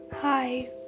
Hi